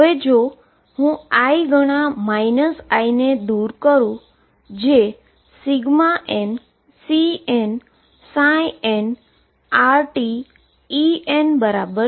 જો હું i ગણા i ને રદ કરું જે nCnnrtEn બરાબર છે